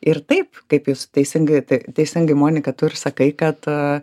ir taip kaip jūs teisingai tai teisingai monika tu ir sakai kad